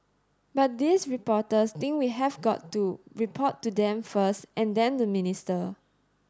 but these reporters think we have got to report to them first and then the minister